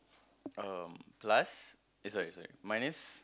um plus eh sorry sorry minus